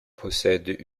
possède